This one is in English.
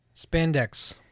spandex